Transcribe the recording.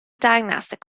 diagnostic